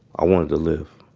i wanted to live